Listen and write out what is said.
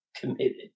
committed